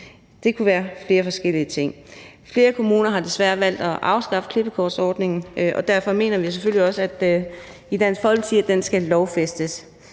det kunne være flere forskellige ting. Flere kommuner har desværre valgt at afskaffe klippekortsordningen, og derfor mener vi selvfølgelig også i Dansk Folkeparti, at den skal lovfæstes.